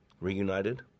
reunited